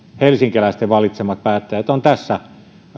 helsinkiläisten valitsemat päättäjät ovat tässä